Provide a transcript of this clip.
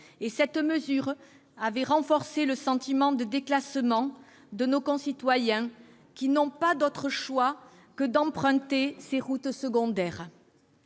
que cette mesure avait renforcé le sentiment de déclassement de nos concitoyens qui n'ont pas d'autre choix que d'emprunter ces routes secondaires.